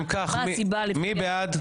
אם כך, מי בעד?